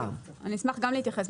אני אשמח גם להתייחס.